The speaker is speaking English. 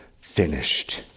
finished